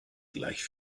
gleich